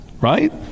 right